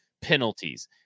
penalties